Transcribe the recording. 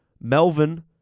Melvin